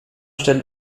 stellt